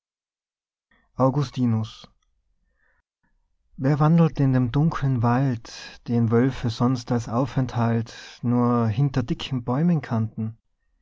augustinus wer wandelt in dem dunkeln wald den wölfe sonst als aufenthalt nur hinter dicken bäumen kannten